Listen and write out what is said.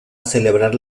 celebrar